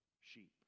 sheep